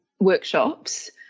workshops